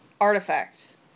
artifacts